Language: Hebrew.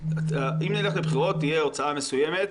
--- אם נלך לבחירות, תהיה הוצאה מסוימת.